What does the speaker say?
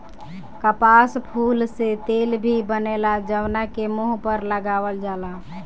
कपास फूल से तेल भी बनेला जवना के मुंह पर लगावल जाला